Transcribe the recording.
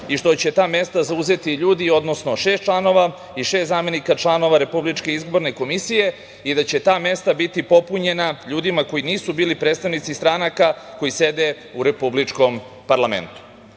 i što će ta mesta zauzeti ljudi, odnosno šest članova i šest zamenika članova RIK-a i da će ta mesta biti popunjena ljudima koji nisu bili predstavnici stranaka koji sede u republičkom parlamentu.